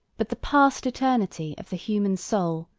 but the past eternity, of the human soul,